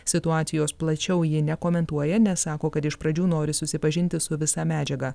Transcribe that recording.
situacijos plačiau ji nekomentuoja nes sako kad iš pradžių nori susipažinti su visa medžiaga